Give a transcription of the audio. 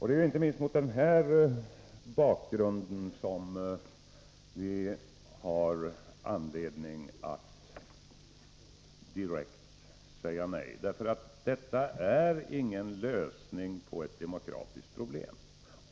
Det är inte minst mot den här bakgrunden vi har anledning att direkt säga nej. Detta är ingen lösning på ett demokratiskt problem.